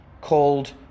Called